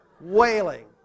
Wailing